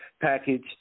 package